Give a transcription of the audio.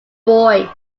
boy